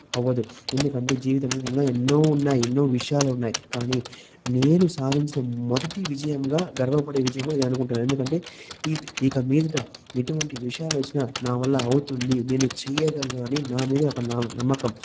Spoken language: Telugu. అవ్వదు ఎందుకంటే జీవితం అనేది ఇంకా ఎన్నో ఉన్నాయి ఎన్నో విషయాలు ఉన్నాయి కాని నేను సాధించిన మొదటి విజయంగా గర్వపడే విజయంగా ఇది అనుకుంటాను ఎందుకంటే ఇద్ ఇక మీదట ఎటువంటి విషయాలు వచ్చినా నా వల్ల అవుతుంది నేను చెయ్యగలను అని నా మీద నా నమ్మకం